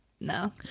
No